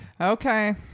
Okay